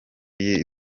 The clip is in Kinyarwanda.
y’i